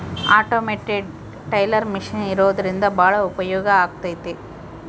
automated teller machine ಇರೋದ್ರಿಂದ ಭಾಳ ಉಪಯೋಗ ಆಗೈತೆ